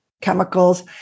chemicals